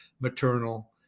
maternal